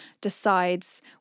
decides